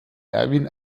erwin